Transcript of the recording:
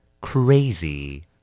Crazy